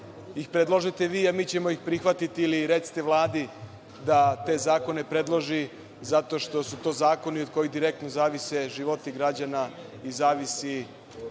ih predlažite vi, a mi ćemo ih prihvatiti ili recite Vladi da te zakone predloži zato što su to zakoni od kojih direktno zavise životi građana i zavisi